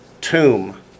tomb